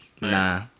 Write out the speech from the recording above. Nah